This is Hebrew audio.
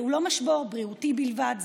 זהו לא משבר בריאותי בלבד,